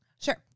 Sure